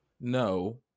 no